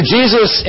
Jesus